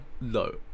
no